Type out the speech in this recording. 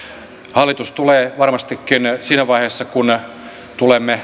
hallitus tulee varmastikin siinä vaiheessa kun tulemme